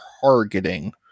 targeting